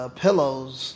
pillows